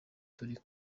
turi